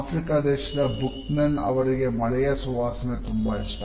Africa ದೇಶದ Buchanan ಅವರಿಗೆ ಮಳೆಯ ಸುವಾಸನೆ ತುಂಬಾ ಇಷ್ಟ